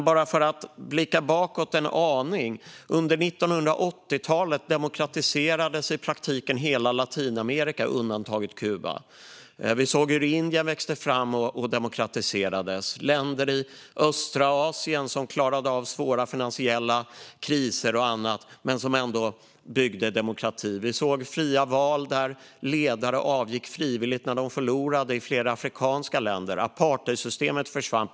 Bara för att blicka bakåt en aning: Under 1980-talet demokratiserades i praktiken hela Latinamerika, undantaget Kuba. Vi såg hur Indien växte fram och demokratiserades, och vi såg länder i östra Asien som klarade av svåra finansiella kriser och annat men som ändå byggde demokrati. Vi såg fria val i flera afrikanska länder där ledare avgick frivilligt när de förlorade, och apartheidsystemet försvann.